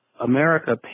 America